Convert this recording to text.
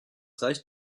reicht